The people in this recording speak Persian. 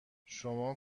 شما